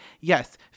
Yes